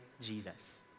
Jesus